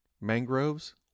mangroves